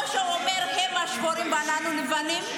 -- או שהוא אומר: הם השחורים ואנחנו לבנים,